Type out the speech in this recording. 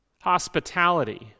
hospitality